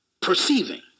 perceiving